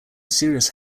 serious